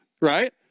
Right